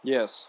Yes